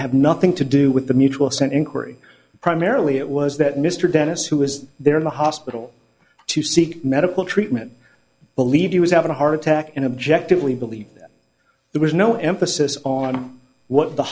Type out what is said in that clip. have nothing to do with the mutual sent inquiry primarily it was that mr dennis who was there in the hospital to seek medical treatment believed he was having a heart attack and objectively believe that there was no emphasis on what the